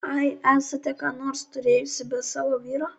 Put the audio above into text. ai esate ką nors turėjusi be savo vyro